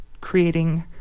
creating